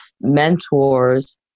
mentors